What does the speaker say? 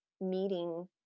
meeting